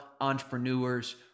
entrepreneurs